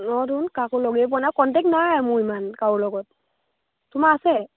অঁ টো কাকো লগেই পোৱা নাই কণ্টেক্ট নাই মোৰ ইমান কাৰো লগত তোমাৰ আছে